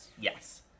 Yes